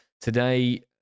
Today